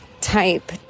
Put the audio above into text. type